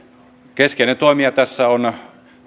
keskeinen toimija tässä on